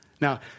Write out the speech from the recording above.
Now